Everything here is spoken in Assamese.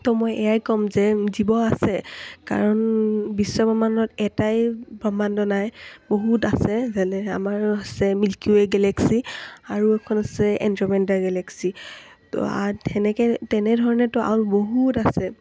ত' মই এয়াই ক'ম যে জীৱ আছে কাৰণ বিশ্বব্ৰহ্মাণ্ডত এটাই ব্ৰহ্মাণ্ড নাই বহুত আছে যেনে আমাৰ আছে মিল্কি ৱে গেলেক্সি আৰু এখন আছে এণ্ড্ৰমেণ্টাৰ গেলেক্সি ত' তেনেকৈ তেনেধৰণেটো আৰু বহুত আছে